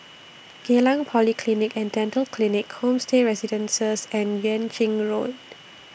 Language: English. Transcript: Geylang Polyclinic and Dental Clinic Homestay Residences and Yuan Ching Road